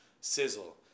sizzle